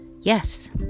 Yes